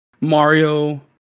Mario